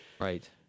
Right